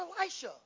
Elisha